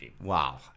Wow